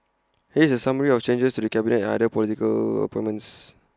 here is the summary of changes to the cabinet and other political appointments